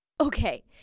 Okay